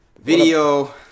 Video